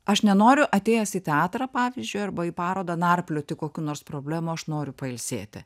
aš nenoriu atėjęs į teatrą pavyzdžiui arba į parodą narplioti kokių nors problemų aš noriu pailsėti